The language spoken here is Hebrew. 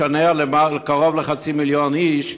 לשנע קרוב לחצי מיליון איש.